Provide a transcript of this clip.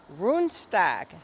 Rundstag